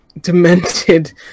Demented